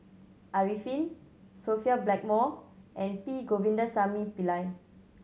Arifin Sophia Blackmore and P Govindasamy Pillai